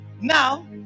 Now